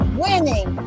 winning